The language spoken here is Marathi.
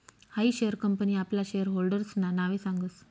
हायी शेअर कंपनी आपला शेयर होल्डर्सना नावे सांगस